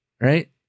right